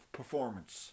performance